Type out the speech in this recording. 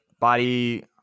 body